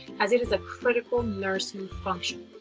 as it is a critical nursing function.